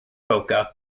boca